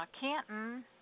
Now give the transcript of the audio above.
Canton